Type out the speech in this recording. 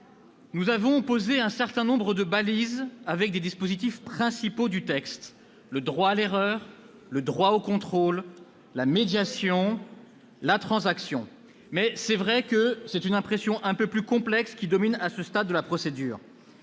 Nous avons posé un certain nombre de balises avec les dispositifs principaux du texte- le droit à l'erreur, le droit au contrôle, la médiation, la transaction -, mais il est vrai que c'est une impression un peu plus complexe qui domine à ce stade de la procédure.